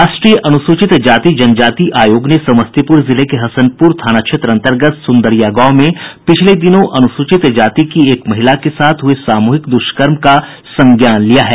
राष्ट्रीय अनुसूचित जाति जनजाति आयोग ने समस्तीपुर जिले के हसनपुर थाना क्षेत्र अंतर्गत सुंदरिया गांव में पिछले दिनों अनुसूचित जाति की एक महिला के साथ हुए सामूहिक दुष्कर्म का संज्ञान लिया है